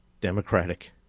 democratic